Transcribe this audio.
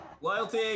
Loyalty